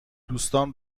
دوستان